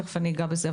ותכף אני איגע בזה.